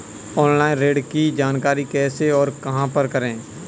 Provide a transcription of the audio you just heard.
Online ऋण की जानकारी कैसे और कहां पर करें?